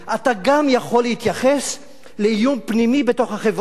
אתה גם יכול להתייחס לאיום פנימי בתוך החברה.